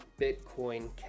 Bitcoin